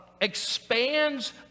expands